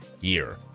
year